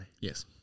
Yes